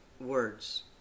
words